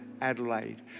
Adelaide